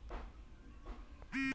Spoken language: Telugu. భరోసా కల్పించేందుకు కేంద్ర ప్రభుత్వం ఈ శ్రమ్ ని ప్రవేశపెట్టింది